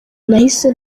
nahise